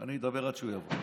אני אדבר עד שהוא יבוא.